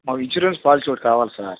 మాకు insurance policy ఒకటి కావాలి సార్